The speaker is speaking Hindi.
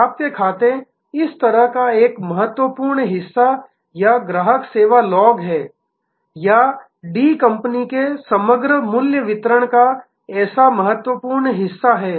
प्राप्य खाते इस तरह का एक महत्वपूर्ण हिस्सा या ग्राहक सेवा लॉग है या डी कंपनी के समग्र मूल्य वितरण का ऐसा महत्वपूर्ण हिस्सा है